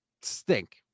stink